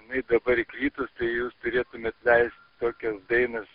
jinai dabar įkritus tai jūs turėtumėt leist tokias dainas